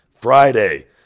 Friday